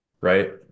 Right